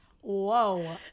Whoa